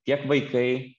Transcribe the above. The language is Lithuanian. tiek vaikai